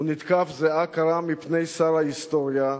הוא נתקף זיעה קרה מפני שר ההיסטוריה,